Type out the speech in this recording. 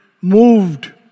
moved